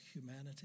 humanity